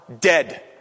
dead